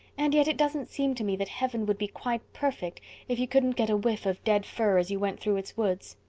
and yet it doesn't seem to me that heaven would be quite perfect if you couldn't get a whiff of dead fir as you went through its woods.